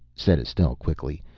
said estelle quickly,